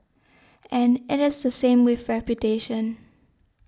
and it is the same with reputation